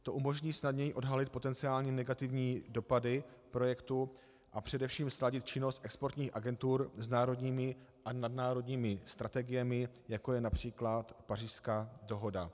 To umožní snadněji odhalit potenciální negativní dopady projektů a především sladit činnost exportních agentur s národními a nadnárodními strategiemi, jako je například Pařížská dohoda.